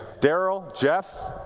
darryl, jeff.